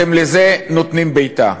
אתם לזה נותנים בעיטה.